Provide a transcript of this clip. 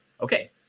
okay